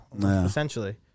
essentially